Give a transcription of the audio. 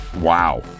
Wow